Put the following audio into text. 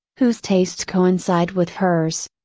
whose tastes coincide with hers.